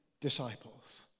disciples